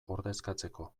ordezkatzeko